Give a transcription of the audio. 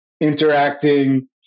interacting